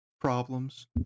problems